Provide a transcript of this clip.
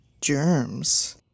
germs